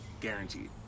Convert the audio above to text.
Guaranteed